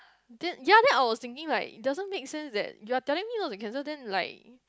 then ya then I was thinking like it doesn't make sense that you are telling me not to cancel then like